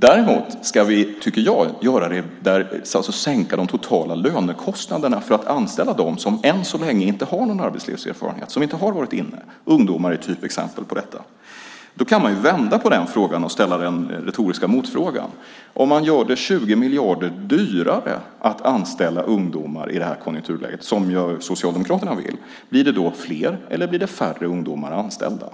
Däremot ska vi sänka de totala lönekostnaderna för att anställa dem som än så länge inte har någon arbetslivserfarenhet. Ungdomar är ett typexempel. Man kan vända på frågan och ställa en retorisk motfråga: Om man gör det 20 miljarder dyrare att anställa ungdomar i det här konjunkturläget, som ju Socialdemokraterna vill, blir det då fler eller färre ungdomar anställda?